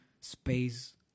space